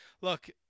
Look